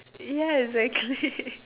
ya exactly